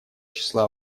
числа